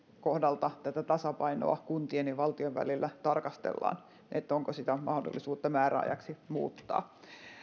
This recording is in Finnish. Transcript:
kohdalta tasapainoa kuntien ja valtion välillä tarkastellaan onko sitä mahdollisuutta määräajaksi muuttaa